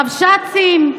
רבש"צים,